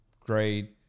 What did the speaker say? Great